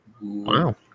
Wow